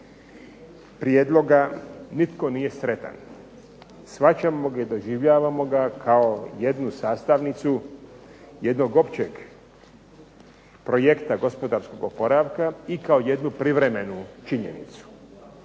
prijedloga nitko nije sretan. Shvaćamo ga i doživljavamo ga kao jednu sastavnicu jednog općeg projekta gospodarskog oporavka i kao jednu privremenu činjenicu.